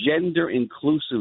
gender-inclusive